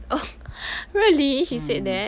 oh really she said that